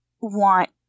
want